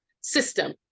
system